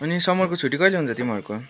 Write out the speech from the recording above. अनि समरको छुट्टी कहिँले हुन्छ तिमीहरूको